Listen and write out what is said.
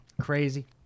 Crazy